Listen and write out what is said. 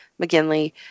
McGinley